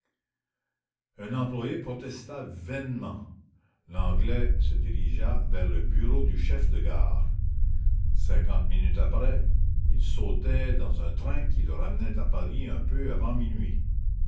un employé protesta l'anglais se dirigea vers le bureau du chef de gare cinquante minutes après il sautait dans un train qui le ramenait à paris un peu avant minuit